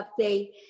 update